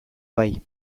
bai